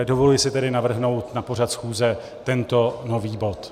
Dovoluji si tedy navrhnout na pořad schůze tento nový bod.